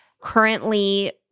Currently